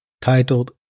titled